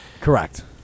correct